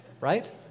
right